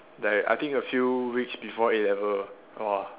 like I think a few weeks before A-level !wah!